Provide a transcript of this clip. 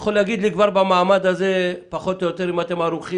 הכי טובה שלנו להבטיח שלא נתחיל מרוץ בין